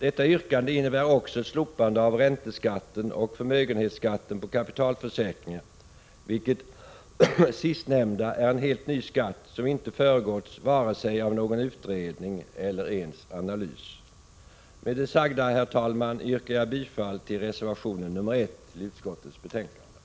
Detta yrkande innebär också ett slopande av ränteskatten och förmögenhetsskatten på kapitalförsäkring, vilket sistnämnda är en helt ny skatt, som inte föregåtts vare sig av någon redovisning eller ens av analys. Med det sagda, herr talman, yrkar jag bifall till reservation nr 1 till utskottsbetänkandet.